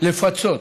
לפצות